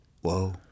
Whoa